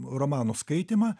romanų skaitymą